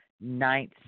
ninth